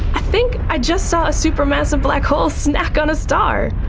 i think i just saw a super massive black hole snack on a star.